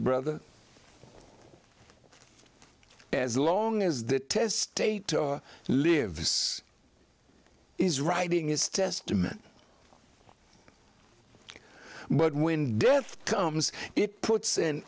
brother as long as the tests state lives is writing is testament but when death comes it puts an